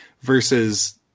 versus